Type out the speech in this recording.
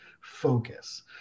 focus